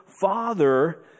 father